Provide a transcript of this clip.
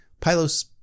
Pylos